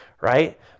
Right